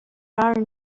are